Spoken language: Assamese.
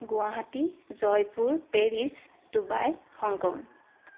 Guwahati Jaipur Paris Dubai Hong Kong